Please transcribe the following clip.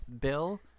Bill